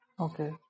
Okay